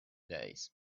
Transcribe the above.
days